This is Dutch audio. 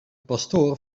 pastoor